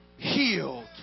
Healed